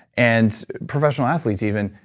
and professional athletes even,